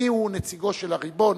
מיהו נציגו של הריבון?